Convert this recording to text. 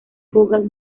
google